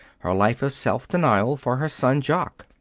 her life of self-denial for her son jock.